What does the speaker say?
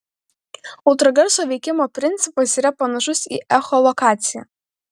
ultragarso veikimo principas yra panašus į echolokaciją